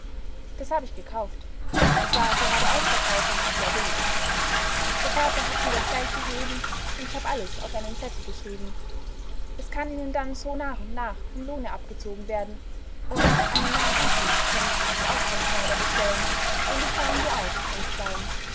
das hab ich gekauft es war gerade ausverkauf und sehr billig der vater hat mir das geld gegeben und ich hab alles auf einen zettel geschrieben es kann ihnen dann so nach und nach vom lohne abgezogen werden und einen neuen anzug können sie sich auch beim schneider bestellen den bezahlen wir auch einstweilen